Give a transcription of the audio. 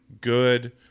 good